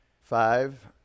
Five